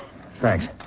Thanks